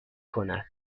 کند